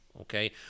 okay